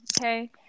Okay